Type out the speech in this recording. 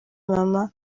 mama